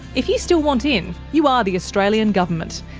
if you still want in, you are the australian government,